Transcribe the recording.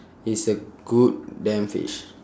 it's a good damn fish